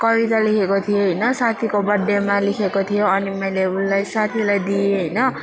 कविता लेखेको थिएँ होइन साथीको बर्थडेमा लेखेको थियो अनि मैले उसलाई साथीलाई दिएँ होइन